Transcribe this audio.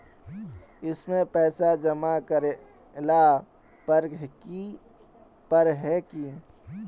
इसमें पैसा जमा करेला पर है की?